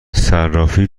صرافی